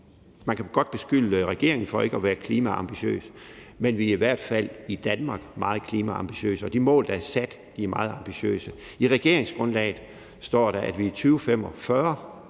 at man godt kan beskylde regeringen for ikke at være klimaambitiøs, men vi er i hvert fald i Danmark meget klimaambitiøse, og de mål, der er sat, er meget ambitiøse. I regeringsgrundlaget står der, at vi i 2045,